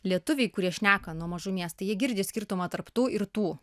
lietuviai kurie šneka nuo mažumės tai jie girdi skirtumą tarp tu ir tų